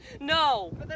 No